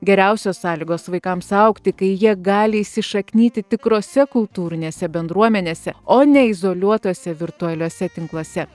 geriausios sąlygos vaikams augti kai jie gali įsišaknyti tikrose kultūrinėse bendruomenėse o ne izoliuotuose virtualiuose tinkluose